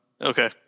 Okay